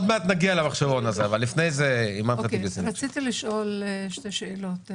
רציתי לשאול שתי שאלות.